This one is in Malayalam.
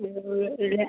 ഇല്ല